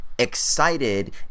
Excited